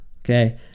Okay